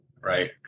right